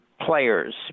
players